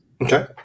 okay